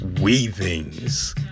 Weavings